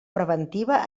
preventiva